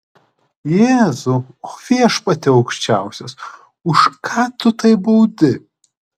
jėzau o viešpatie aukščiausias už ką tu taip baudi